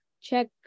check